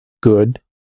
good